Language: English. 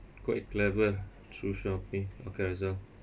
quite clever through Shopee or Carousell